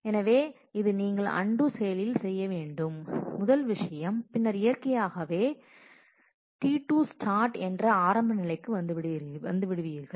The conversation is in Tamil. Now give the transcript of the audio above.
எனவே இது நீங்கள் அன்டூ செயலில் செய்ய வேண்டும் முதல் விஷயம் பின்னர் இயற்கையாகவே naturally T2 start என்ற ஆரம்ப நிலைக்கு வந்துவிடுவீர்கள்